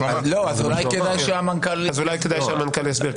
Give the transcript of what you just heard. אז אולי כדאי שהמנכ"ל יסביר.